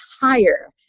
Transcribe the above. higher